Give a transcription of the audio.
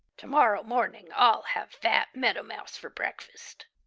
tomorrow morning i'll have fat meadow mouse for breakfast,